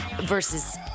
versus